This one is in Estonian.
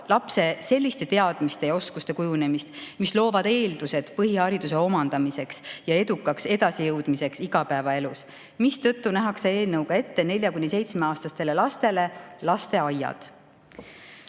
lapse selliste teadmiste ja oskuste kujunemist, mis loovad eeldused põhihariduse omandamiseks ja edukaks edasijõudmiseks igapäevaelus, mistõttu nähakse eelnõuga ette nelja‑ kuni seitsmeaastastele lastele lasteaiad.